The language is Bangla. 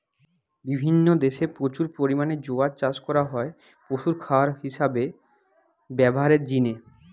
বিভিন্ন দেশে প্রচুর পরিমাণে জোয়ার চাষ করা হয় পশুর খাবার হিসাবে ব্যভারের জিনে